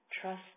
trust